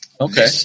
Okay